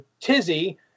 tizzy